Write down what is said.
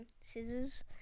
scissors